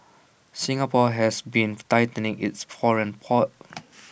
Singapore has been tightening its poor